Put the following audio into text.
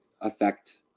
affect